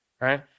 right